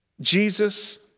Jesus